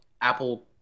Apple